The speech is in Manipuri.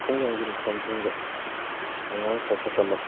ꯈꯨꯡꯒꯪꯒꯤ ꯃꯐꯝꯁꯤꯡꯗ ꯑꯉꯥꯡ ꯈꯔ ꯈꯛꯇꯃꯛ